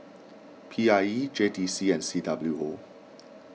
P I E J T C and C W O